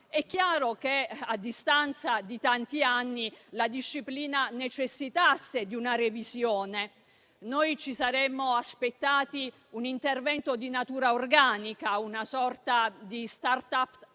È chiaro che, a distanza di tanti anni, la disciplina necessitasse di una revisione. Ci saremmo aspettati un intervento di natura organica, una sorta di Start-up Act